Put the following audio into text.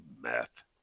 meth